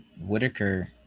Whitaker